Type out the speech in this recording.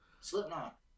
Slipknot